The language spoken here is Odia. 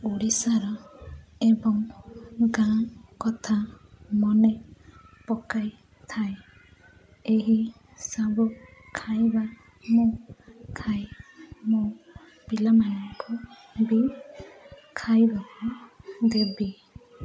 ଓଡ଼ିଶାର ଏବଂ ଗାଁ କଥା ମନେ ପକାଇଥାଏ ଏହି ସବୁ ଖାଇବା ମୁଁ ଖାଇ ମୁଁ ପିଲାମାନଙ୍କୁ ବି ଖାଇବାକୁ ଦେବି